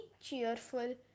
cheerful